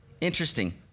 Interesting